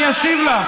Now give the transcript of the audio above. אני אשיב לך.